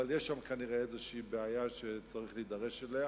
אבל יש שם כנראה איזו בעיה שצריך להידרש אליה.